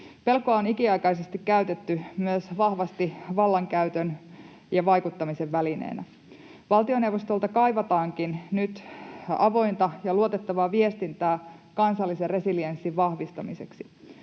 Pelkoa on ikiaikaisesti käytetty myös vahvasti vallankäytön ja vaikuttamisen välineenä. Valtioneuvostolta kaivataankin nyt avointa ja luotettavaa viestintää kansallisen resilienssin vahvistamiseksi.